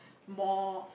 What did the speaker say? more